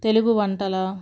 తెలుగు వంటల